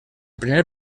primer